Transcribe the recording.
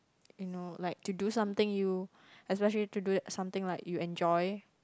you know like to do something you especially to do it something like you enjoy